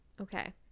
okay